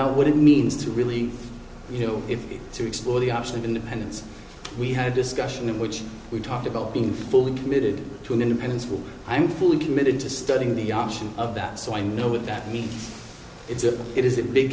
out what it means to really you know if you to explore the option of independence we had a discussion in which we talked about being fully committed to an independent school i'm fully committed to studying the option of that so i know what that means it's a it is a big